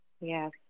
yes